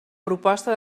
proposta